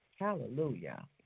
Hallelujah